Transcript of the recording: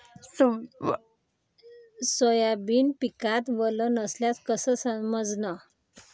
Soybean पिकात वल नसल्याचं कस समजन?